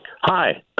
Hi